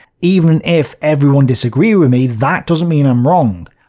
even if everyone disagreed with me, that doesn't mean i'm wrong.